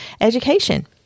education